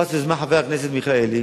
תפס יוזמה חבר הכנסת מיכאלי,